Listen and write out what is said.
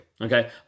Okay